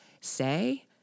say